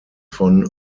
von